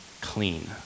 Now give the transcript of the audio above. clean